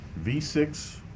V6